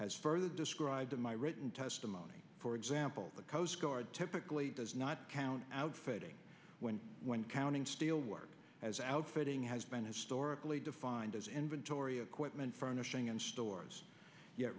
has further described in my written testimony for example the coast guard typically does not count outfitting when when counting steel work as outfitting has been historically defined as inventory of quitman furnishing and stores